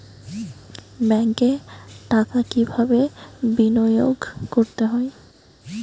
ব্যাংকে টাকা কিভাবে বিনোয়োগ করতে হয়?